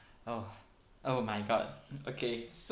oh oh my god okay